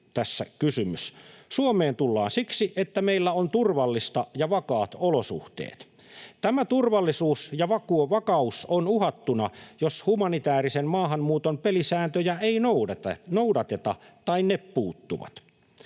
Suomeen tullaan siksi, että meillä on turvallista ja vakaat olosuhteet. Tämä turvallisuus ja vakaus on uhattuna, jos humanitäärisen maahanmuuton pelisääntöjä ei noudateta tai ne puuttuvat.